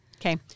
Okay